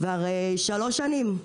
לפני שלוש שנים.